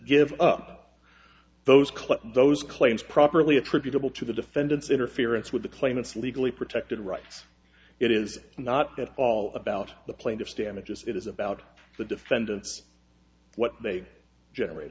give up those clips those claims properly attributable to the defendant's interference with the claimants legally protected rights it is not at all about the plaintiff's damages it is about the defendants what they generate